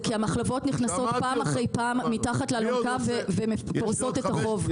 זה כי המחלבות נכנסות פעם אחרי פעם מתחת לאלונקה ופורסות את החוב.